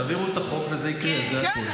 תעבירו את החוק וזה יקרה, זה הכול.